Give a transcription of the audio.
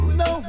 no